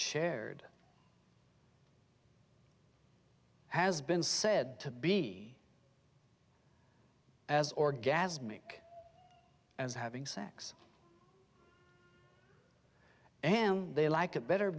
shared has been said to be as orgasmic as having sex and they like it better